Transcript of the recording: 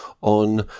on